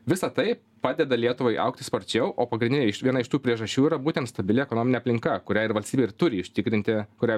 visa tai padeda lietuvai augti sparčiau o pagrindinė iš viena iš tų priežasčių yra būtent stabili ekonominė aplinka kurią ir valstybė ir turi užtikrinti kurią